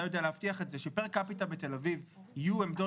אתה יודע להבטיח את זה שפר קפיטה בתל אביב יהיו עמדות